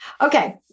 Okay